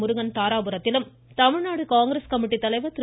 முருகன் தாராபுரத்திலும் தமிழ்நாடு காங்கிரஸ் கமிட்டித்தலைவர் திரு